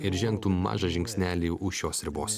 ir žengtų mažą žingsnelį už šios ribos